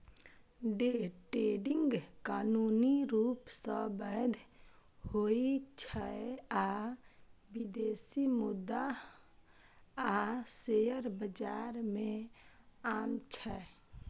day trading कानूनी रूप सं वैध होइ छै आ विदेशी मुद्रा आ शेयर बाजार मे आम छै